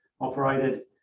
operated